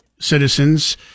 citizens